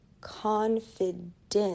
confident